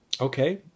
Okay